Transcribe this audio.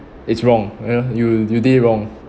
it's wrong you know you did it wrong